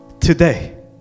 today